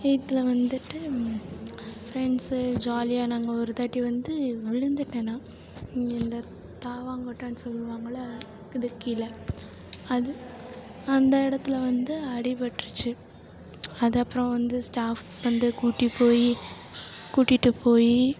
எயித்தில் வந்துட்டு ஃப்ரெண்ட்ஸு ஜாலியாக நாங்கள் ஒருவாட்டி வந்து விழுந்துட்டேன் நான் இங்கே இந்த தாவாங்கட்டனு சொல்வாங்கல்ல அதுக்கு கீழே அது அந்த இடத்துல வந்து அடிபட்டுடுச்சி அதை அப்புறம் வந்து ஸ்டாஃப் வந்து கூட்டிப் போய் கூட்டிட்டுப் போய்